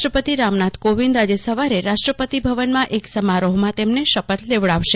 રાષ્ટ્રપતિ રામનાથ કોવિંદ આજે સવારે રાષ્ટ્રપતિ ભવનમાં એક સમારોહમાં તેમને શપથ લેવડાવશે